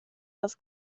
das